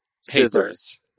scissors